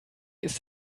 ist